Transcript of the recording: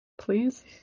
Please